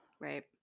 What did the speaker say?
Right